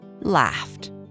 laughed